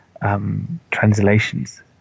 translations